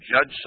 judge